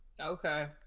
Okay